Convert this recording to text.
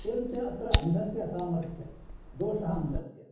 एवञ्च अत्र अन्धस्य असामर्थ्यं दोषः अन्धस्य